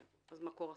אז מקור השריפות.